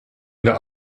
the